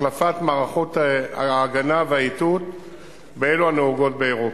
החלפת מערכות ההגנה והאיתות באלו הנהוגות באירופה,